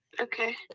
Okay